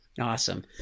Awesome